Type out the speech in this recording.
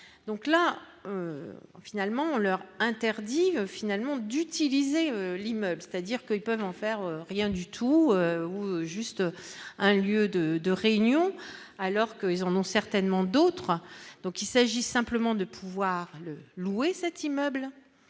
donc là finalement on leur interdit finalement d'utiliser l'immeuble c'est-à-dire. Ils peuvent en faire, rien du tout ou juste un lieu de de réunions alors que, ils en ont certainement d'autres, donc il s'agit simplement de pouvoir le louer cet immeuble